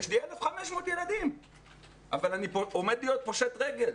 יש לי 1,500 ילדים אבל אני עומד להיות פושט רגל.